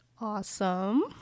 Awesome